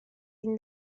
این